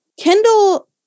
Kendall